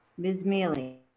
ms. miele? no.